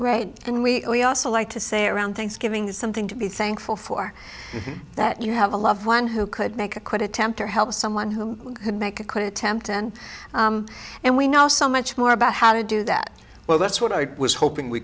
then we also like to say around thanksgiving is something to be thankful for that you have a loved one who could make a quick attempt or help someone who can make a quick temptin and we know so much more about how to do that well that's what i was hoping we